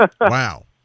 wow